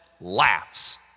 laughs